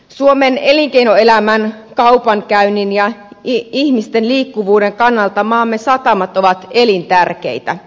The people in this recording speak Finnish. suomen elinkeinoelämän kaupankäynnin ja ihmisten liikkuvuuden kannalta maamme satamat ovat elintärkeitä